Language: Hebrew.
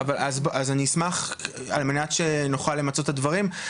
אז אני אשמח, על מנת שנוכל למצות את הדברים.